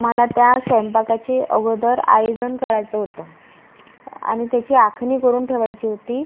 मला त्या स्वैपाकाची अगोदर आयोजन करायचं होतं आणि त्याची आखणी करून ठेवायची होती